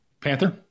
Panther